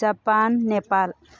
Japan Nepal